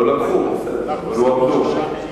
אנחנו שמנו 6 מיליונים,